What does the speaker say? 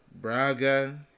Braga